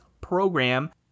program